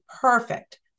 perfect